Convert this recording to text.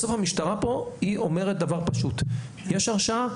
בסוף המשטרה פה היא אומרת דבר פשוט: יש הרשעה,